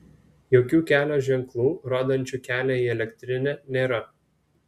jokių kelio ženklų rodančių kelią į elektrinę nėra